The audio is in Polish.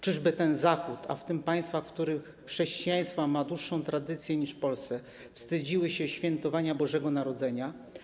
Czyżby ten Zachód, a w tym państwa, w których chrześcijaństwo ma dłuższą tradycję niż w Polsce, wstydziły się świętowania Bożego Narodzenia?